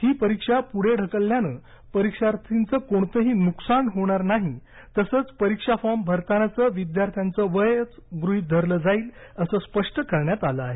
ही परीक्षा पुढे ढकलल्यानं परीक्षार्थीचं कोणतंही नुकसान होणार नाही तसंच परीक्षा फॉर्म भरतांनाचं विद्यार्थ्याचं वयच गृहित धरलं जाईल असं स्पष्ट करण्यात आलं आहे